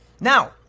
Now